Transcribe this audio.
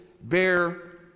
bear